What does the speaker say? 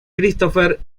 christopher